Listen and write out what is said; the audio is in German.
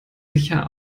sicher